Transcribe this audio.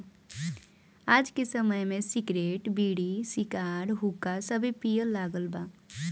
आज के समय में सिगरेट, बीड़ी, सिगार, हुक्का सभे पिए लागल बा